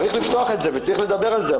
צריך לפתוח את זה וצריך לדבר על זה,